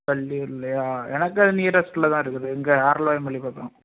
வள்ளியூர்லேயா எனக்கு அது நியரஸ்ட்டில் தான் இருக்குது இங்கே ஆரல்வாய்மொழி பக்கம்